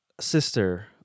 sister